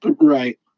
Right